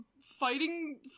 fighting